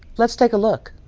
let's take a look.